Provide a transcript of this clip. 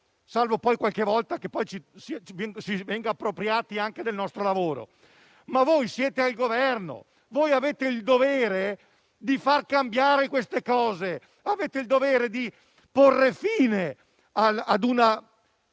salvo poi qualche volta venire espropriati anche del nostro lavoro. Voi siete al Governo, voi avete il dovere di cambiare queste cose! Avete il dovere di porre fine alla